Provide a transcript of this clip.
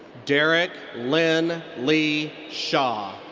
derrick lynn lee shaw.